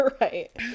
Right